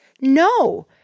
No